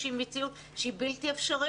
יש פה איזושהי מציאות שהיא בלתי אפשרית.